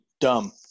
Dumb